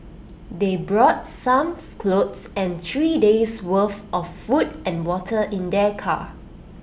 they brought some clothes and three days' worth of food and water in their car